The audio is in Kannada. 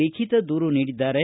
ಲಿಖಿತ ದೂರು ನೀಡಿದ್ದಾರೆ